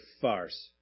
farce